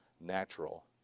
natural